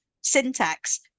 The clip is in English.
syntax